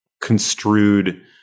construed